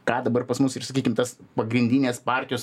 ką dabar pas mus ir sakykim tas pagrindinės partijos